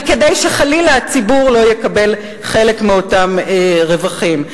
וכדי שחלילה הציבור לא יקבל חלק מאותם רווחים.